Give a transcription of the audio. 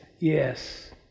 yes